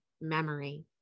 memory